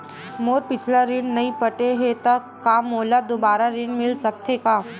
मोर पिछला ऋण नइ पटे हे त का मोला दुबारा ऋण मिल सकथे का?